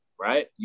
Right